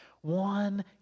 one